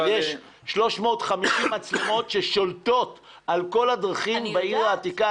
אבל יש 350 מצלמות ששולטות על כל הדרכים בעיר העתיקה